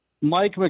Mike